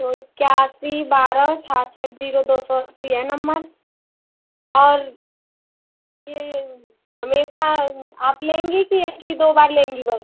तो इक्यासी बारह छाछठ जीरो दो सौ अस्सी है नंमर और ये हमेशा आप लेंगी कि एक ही दो बार लेंगी बस